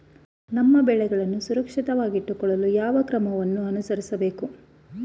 ನಮ್ಮ ಬೆಳೆಗಳನ್ನು ಸುರಕ್ಷಿತವಾಗಿಟ್ಟು ಕೊಳ್ಳಲು ಯಾವ ಕ್ರಮಗಳನ್ನು ಅನುಸರಿಸಬೇಕು?